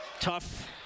tough